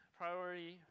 priority